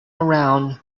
around